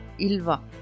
ilva